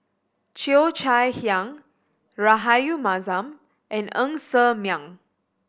Cheo Chai Hiang Rahayu Mahzam and Ng Ser Miang